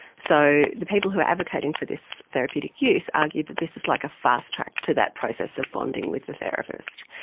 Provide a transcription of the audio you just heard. so the people who are advocating for this therapeutic use argue that this is like a fast-track to that process of bonding with the therapist.